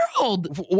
world